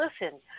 Listen